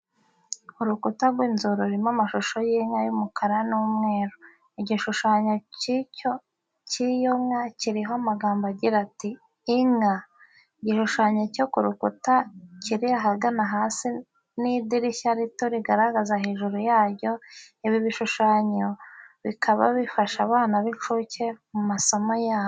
Urukuta rw'inzu rurimo amashusho y'inka y'umukara n'umweru. Igishushanyo cy'iyo nka kiriho amagambo agira ati "Inka". Igishushanyo cyo ku rukuta kiri ahagana hasi, n'idirishya rito rigaragara hejuru yaryo, ibi bishushanyo bikaba bifasha abana b'incuke mu masomo yabo.